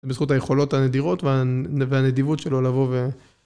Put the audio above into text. בזכות היכולות הנדירות והנדיבות שלו לבוא ו...